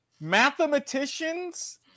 mathematicians